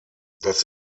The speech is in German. das